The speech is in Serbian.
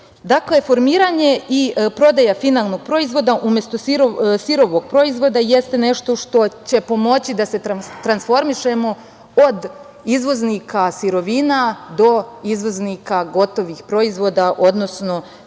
formiranje i prodaja finalnog proizvoda umesto sirovog proizvoda jeste nešto što će pomoći da se transformišemo od izvoznika sirovina do izvoznika gotovih proizvoda, odnosno svih